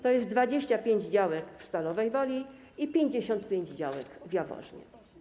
To jest 25 działek w Stalowej Woli i 55 działek w Jaworznie.